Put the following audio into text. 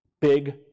Big